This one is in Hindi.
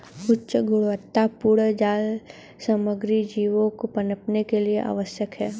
उच्च गुणवत्तापूर्ण जाल सामग्री जीवों के पनपने के लिए आवश्यक है